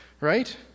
right